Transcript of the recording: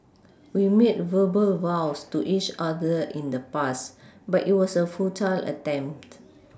we made verbal vows to each other in the past but it was a futile attempt